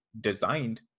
designed